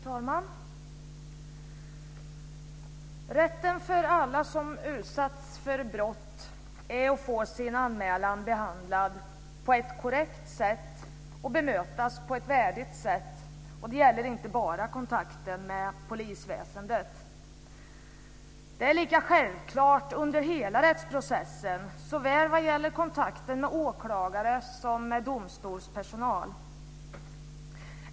Fru talman! Rätten för alla som utsatts för brott är att få sin anmälan behandlad på ett korrekt sätt och bemötas på ett värdigt sätt, och det gäller inte bara i kontakten med polisväsendet. Det är lika självklart under hela rättsprocessen, såväl vad gäller kontakten med åklagare som med domstolspersonal.